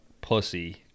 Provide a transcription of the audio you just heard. pussy